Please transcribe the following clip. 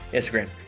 Instagram